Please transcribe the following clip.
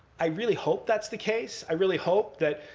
i really hope that's the case. i really hope that,